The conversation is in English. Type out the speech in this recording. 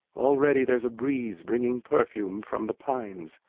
already there's a breeze bringing perfume from the pines.